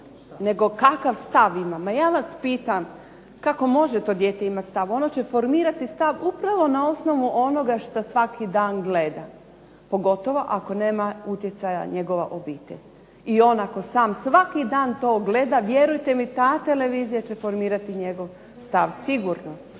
nego kakav stav ima. Ma ja vas pitam kako može to dijete imati stav. Ono će formirati stav upravo na osnovu onoga što svaki dan gleda, pogotovo ako nema utjecaja njegova obitelj i on ako sam svaki dan to gleda, vjerujte mi ta televizija će formirati njegov stav, sigurno.